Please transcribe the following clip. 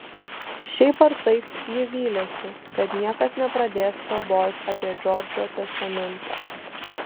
šiaip ar taip ji vylėsi kad niekas nepradės kalbos apie džordžo testamentą